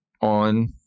on